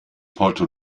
porto